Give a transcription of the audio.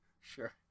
Sure